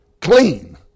clean